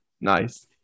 Nice